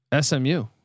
SMU